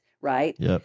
right